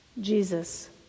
Jesus